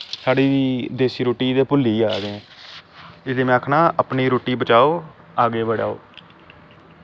साढ़ी देस्सी रुट्टी ते भुल्ली गै जा दे ऐं इस लेई में आखना अपनी रुट्टी बचाओ आगे बढ़ाओ